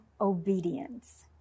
obedience